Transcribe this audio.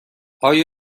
آیا